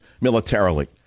militarily